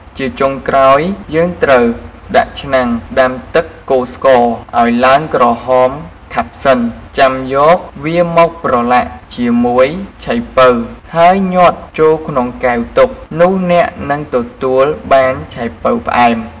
ជាចុងក្រោយយេីងត្រូវដាក់ឆ្នាំងដាំទឹកកូរស្ករឱ្យឡើងក្រហមខាប់សិន ចាំយកវាមកប្រឡាក់ជាមួយឆៃប៉ូវហើយញាត់ចូលក្នុងកែវទុក នោះអ្នកនឹងទទួលបានឆៃប៉ូវផ្អែម។